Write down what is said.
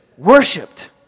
worshipped